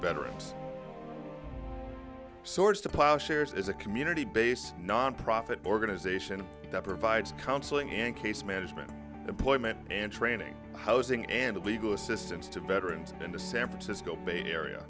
veterans swords to plowshares is a community based nonprofit organization that provides counseling and case management employment and training housing and legal assistance to veterans and the san francisco bay area